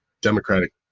Democratic